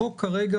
החוק כרגע,